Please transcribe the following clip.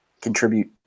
contribute